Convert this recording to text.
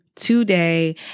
today